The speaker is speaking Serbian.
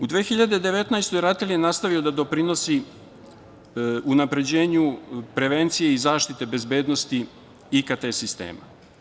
U 2019. godini RATEL je nastavio da doprinosi unapređenju prevencije i zaštite bezbednosti IKT sistema.